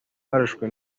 barashwe